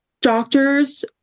doctors